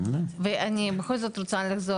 ואני בכל רוצה לחזור,